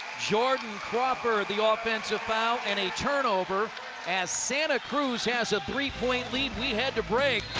jordan crawford, the ah offensive foul, and a turnover as santa cruz has a three-point lead. we head to break,